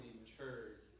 matured